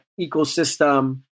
ecosystem